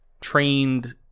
trained